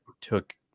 took